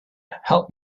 help